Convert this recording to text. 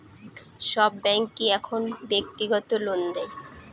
সব ব্যাঙ্কই এখন ব্যক্তিগত লোন দেয়